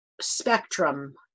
spectrum